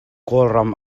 kawlram